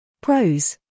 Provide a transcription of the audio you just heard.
Pros